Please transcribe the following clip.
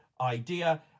idea